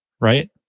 Right